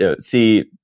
see